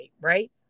Right